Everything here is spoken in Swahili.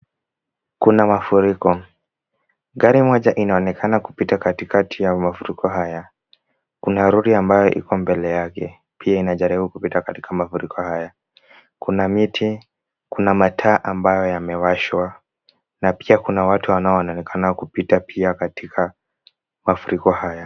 Kuna mafuriko. Gari moja inaonekana kupita katikati ya mafuriko haya. Kuna lori ambayo iko mbele yake, pia inajaribu kupita katika mafuriko haya. Kuna miti, kuna mataa ambayo yamewashwa na pia kuna watu wanaoonekana kuwa kupita pia katika mafuriko haya.